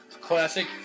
Classic